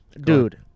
Dude